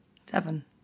Seven